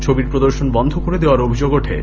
ছবির প্রদর্শন বন্ধ করে দেওয়ারও অভিযোগ ওঠে